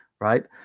Right